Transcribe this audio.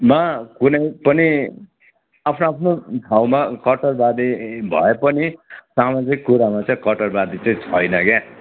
मा कुनै पनि आफ्नो आफ्नो ठाउँमा कट्टरवादी भए पनि सामाजिक कुरामा चाहिँ कट्टरवादी चाहिँ छैन क्या